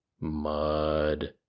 mud